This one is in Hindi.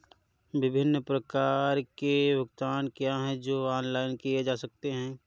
विभिन्न प्रकार के भुगतान क्या हैं जो ऑनलाइन किए जा सकते हैं?